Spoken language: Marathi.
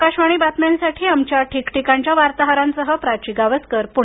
आकाशवाणी बातम्यांसाठी आमच्या ठिक ठिकाणच्या वार्ताहरांसह प्राची गावस्कर पुणे